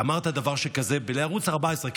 אמרת דבר כזה לערוץ 14,